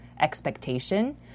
expectation